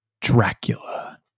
Dracula